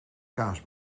kaas